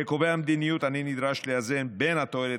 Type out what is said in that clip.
כקובע מדיניות אני נדרש לאזן בין התועלת